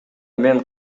мен